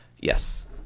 Yes